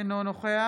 אינו נוכח